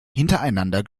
hintereinander